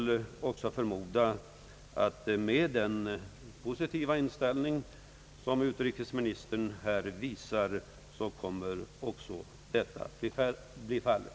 Jag förmodar att med den positiva inställning som utrikesministern här visar kommer också detta att bli fallet.